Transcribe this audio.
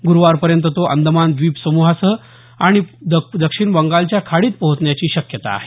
गुरूवारपर्यंत तो अंदमान द्वीपसमूह आणि बंगालच्या खाडीत पोहोचण्याची शक्यता आहे